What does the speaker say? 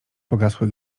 pogasły